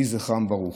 יהי זכרם ברוך.